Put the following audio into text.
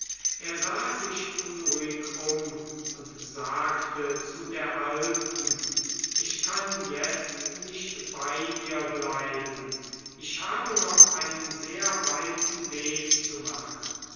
er sah sich unruhig um und sagte zu der alten ich kann jetzt nicht bei ihr bleiben ich habe noch einen sehr weiten weg zu machen